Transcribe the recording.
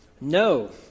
No